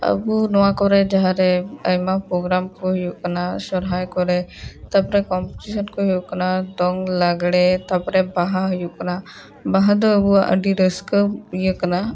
ᱟᱵᱚ ᱱᱚᱣᱟ ᱠᱚᱨᱮ ᱡᱟᱦᱟᱸ ᱨᱮ ᱟᱭᱢᱟ ᱯᱨᱳᱜᱨᱟᱢ ᱠᱚ ᱦᱩᱭᱩᱜ ᱠᱟᱱᱟ ᱥᱚᱦᱨᱟᱭ ᱠᱚᱨᱮ ᱛᱟᱯᱚᱨᱮ ᱠᱳᱢᱯᱤᱴᱤᱥᱮᱱ ᱠᱚ ᱦᱩᱭᱩᱜ ᱠᱟᱱᱟ ᱫᱚᱝ ᱞᱟᱜᱽᱬᱮ ᱛᱟᱯᱚᱨᱮ ᱵᱟᱦᱟ ᱦᱩᱭᱩᱜ ᱠᱟᱱᱟ ᱵᱟᱦᱟ ᱫᱚ ᱟᱵᱚᱣᱟᱜ ᱟᱹᱰᱤ ᱨᱟᱹᱥᱠᱟᱹ ᱤᱭᱟᱹ ᱠᱟᱱᱟ